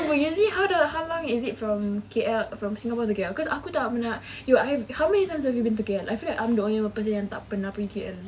but usually how long is it from K_L from singapore to K_L because aku tak pernah you I how many times have you been to K_L I feel like I'm the only person yang tak pernah pergi K_L